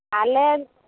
ᱟᱞᱮ